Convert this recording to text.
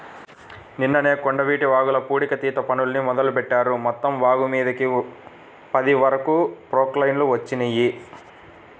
నిన్ననే కొండవీటి వాగుల పూడికతీత పనుల్ని మొదలుబెట్టారు, మొత్తం వాగుమీదకి పది వరకు ప్రొక్లైన్లు వచ్చినియ్యి